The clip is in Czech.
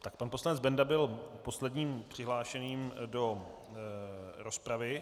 Tak pan poslanec Benda byl posledním přihlášeným do rozpravy.